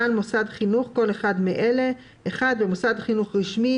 "בעל מוסד חינוך" כל אחד מאלה: במוסד חינוך רשמי